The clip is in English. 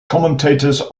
commentators